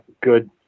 good